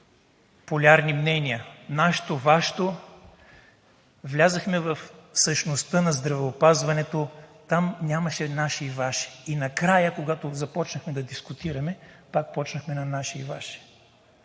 полярни мнения – нашето, Вашето. Влязохме в същността на здравеопазването, там нямаше „наше“ и „ваше“. И накрая, когато започнахме да дискутираме, пак започнахме на „наше“ и „ваше“.